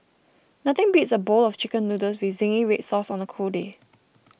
nothing beats a bowl of Chicken Noodles with Zingy Red Sauce on a cold day